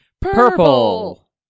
Purple